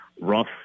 rough